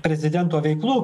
prezidento veiklų